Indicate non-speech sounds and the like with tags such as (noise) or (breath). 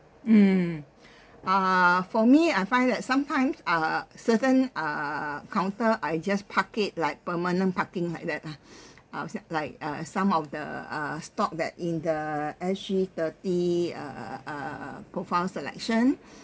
mm uh for me I find that sometimes uh certain err counter I just park it like permanent parking like that lah (breath) uh I would say like uh some of the uh stock that in the S_T_I thirty uh err uh profile selection